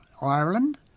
Ireland